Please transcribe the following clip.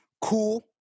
Cool